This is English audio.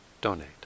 donate